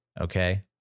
okay